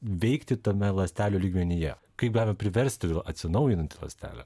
veikti tame ląstelių lygmenyje kaip galima priversti vėl atsinaujinti ląstelę